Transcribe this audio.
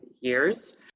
years